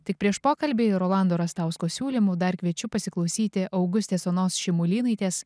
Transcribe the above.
tik prieš pokalbį rolando rastausko siūlymu dar kviečiu pasiklausyti augustės onos šimulynaitės